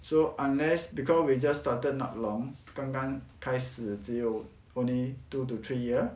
so unless because we just started not long 刚刚开始只有 only two to three years